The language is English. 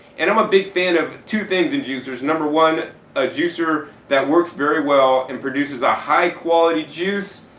and i'm a big fan of two things in juicers, number one a juicer that works very well and produces a high-quality juice,